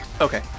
okay